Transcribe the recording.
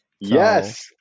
yes